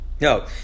No